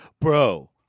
bro